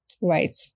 right